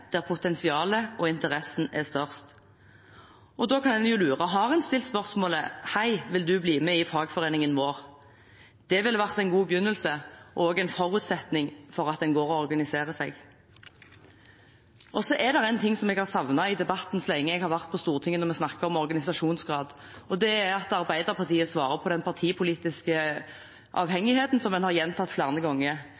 der potensialet og interessen er størst. Da kan man jo lure på om man har stilt spørsmålet: Hei, vil du bli med i fagforeningen vår? Det ville vært en god begynnelse og en forutsetning for at man organiserer seg. Det er én ting jeg har savnet i debatten om organisasjonsgrad så lenge jeg har vært på Stortinget. Det er at Arbeiderpartiet svarer om den partipolitiske avhengigheten, som man har gjentatt flere ganger – det finnes ikke gode svar på den.